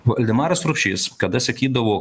valdemaras rupšys kada sakydavo